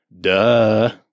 Duh